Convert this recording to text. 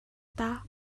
даа